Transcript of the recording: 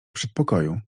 przedpokoju